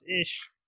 ish